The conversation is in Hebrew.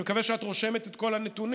אני מקווה שאת רושמת את כל הנתונים,